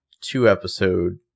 two-episode